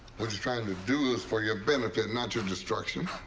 what he's trying to do is for your benefit, not your destruction.